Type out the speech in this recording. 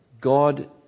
God